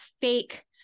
fake